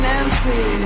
Nancy